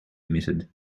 omitted